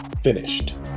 Finished